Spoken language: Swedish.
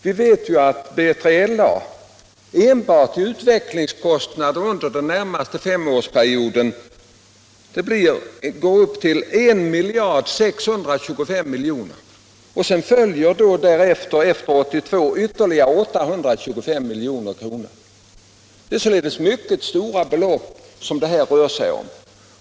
Vi vet att enbart utvecklingskostnaderna för BJ LA under den närmaste femårsperioden uppgår till 1625 milj.kr. Efter 1982 följer sedan ytterligare 825 milj.kr. Det är således mycket stora belopp det rör sig om.